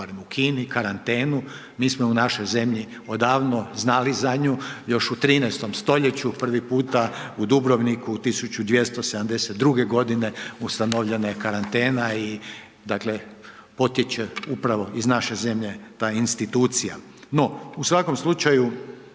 u Kini, karantenu. Mi smo u našoj zemlji odavno znali za nju. Još u 13. st. prvi puta u Dubrovniku 1272. g. ustanovljena je karantena i dakle, potječe upravo iz naše zemlje ta institucija. No, u svakom slučaju